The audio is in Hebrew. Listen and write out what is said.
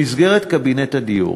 במסגרת קבינט הדיור